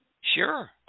Sure